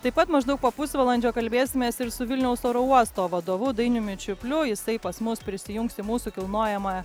taip pat maždaug po pusvalandžio kalbėsimės ir su vilniaus oro uosto vadovu dainiumi čiupliu jisai pas mus prisijungs į mūsų kilnojamąją